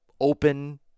open